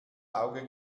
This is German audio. auge